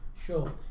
Sure